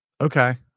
Okay